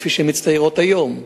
כפי שהן מצטיירות היום,